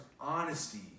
honesty